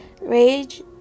rage